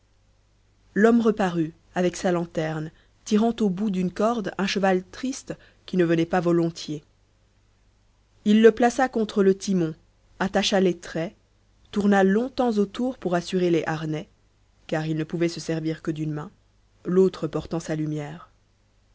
l'homme reparut avec sa lanterne tirant au bout d'une corde un cheval triste qui ne venait pas volontiers il le plaça contre le timon attacha les traits tourna longtemps autour pour assurer les harnais car il ne pouvait se servir que d'une main l'autre portant sa lumière